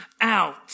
out